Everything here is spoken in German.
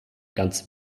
ganz